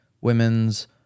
women's